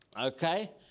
Okay